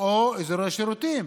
או אזורי שירותים